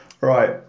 Right